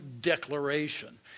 declaration